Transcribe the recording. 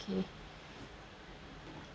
okay